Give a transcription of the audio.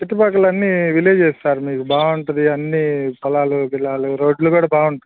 చుట్టు పక్కలన్నీ villages sir మీకు బాగుంటుంది అన్నీ పొలాలు గిలాలు రోడ్లు కూడా బాగుంటుంది